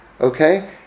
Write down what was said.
Okay